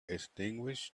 extinguished